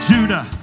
Judah